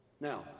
Now